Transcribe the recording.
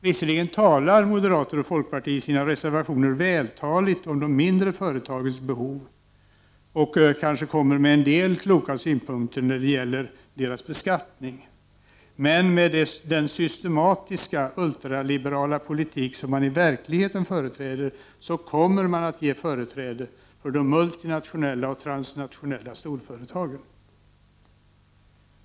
Visserligen talar moderater och folkpartister i sina reservationer vältaligt om de mindre företagens behov, och kommer med en del kloka synpunkter när det gäller deras beskattning, men med den systematiska ultraliberala politik som man i verkligheten företräder kommer man att ge företräde för de multinationella och transnationella storföretagen.